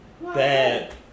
Bad